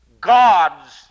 God's